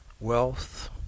wealth